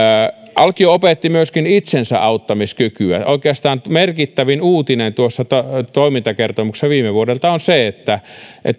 alkio opetti myöskin itsensäauttamiskykyä oikeastaan merkittävin uutinen tuossa toimintakertomuksessa viime vuodelta on se että